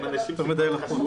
אז,